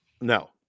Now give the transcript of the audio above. No